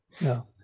No